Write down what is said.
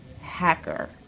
Hacker